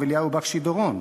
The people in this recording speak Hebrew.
הרב אליהו בקשי דורון.